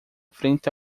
frente